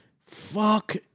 fuck